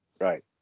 Right